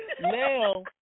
now